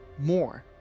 more